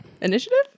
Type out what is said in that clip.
Initiative